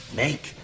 make